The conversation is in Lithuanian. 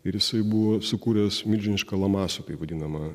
ir jisai buvo sukūręs milžinišką lamasą taip vadinamą